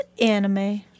anime